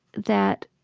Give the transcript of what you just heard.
that